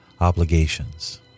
obligations